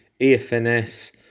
EFNS